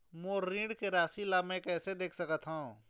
मोर ऋण के राशि ला म कैसे देख सकत हव?